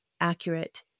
accurate